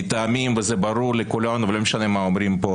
מטעמים וזה ברור לכולנו, ולא משנה מה אומרים פה